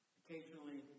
occasionally